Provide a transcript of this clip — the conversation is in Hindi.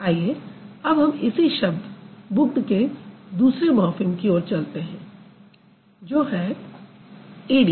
आइए अब हम इसी शब्द बुक्ड के दूसरे मॉर्फ़िम की ओर चलते हैं जो है ईडी